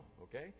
okay